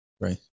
Right